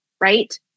right